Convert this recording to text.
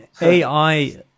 AI